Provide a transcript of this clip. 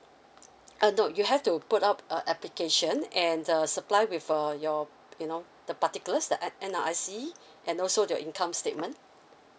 uh no you have to put up a application and err supply with err your you know the particulars the N_R_I_C and also the income statement